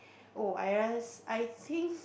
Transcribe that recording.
oh I realise I think